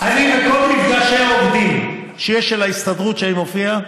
בכל מפגשי העובדים שיש של ההסתדרות שאני מופיע בהם,